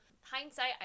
Hindsight